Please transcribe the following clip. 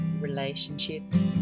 relationships